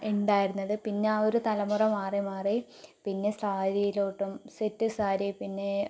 ഉണ്ടായിരുന്നത് പിന്നെ ആ ഒരു തലമുറ മാറി മാറി പിന്നെ സാരിയിലോട്ടും സെറ്റ് സാരി പിന്നെ